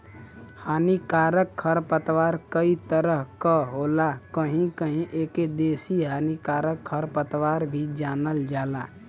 हानिकारक खरपतवार कई तरह क होला कहीं कहीं एके देसी हानिकारक खरपतवार भी जानल जाला